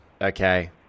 Okay